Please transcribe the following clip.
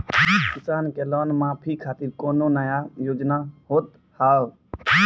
किसान के लोन माफी खातिर कोनो नया योजना होत हाव?